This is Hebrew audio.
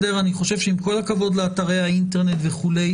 אני חושב שעם כל הכבוד לאתרי האינטרנט וכולי,